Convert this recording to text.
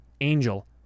Angel